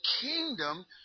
kingdom